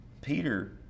Peter